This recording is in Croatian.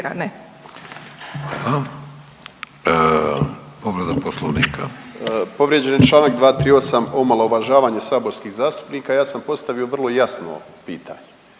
Povrijeđen je članak 238. omalovažavanje saborskih zastupnika. Ja sam postavio vrlo jasno pitanje.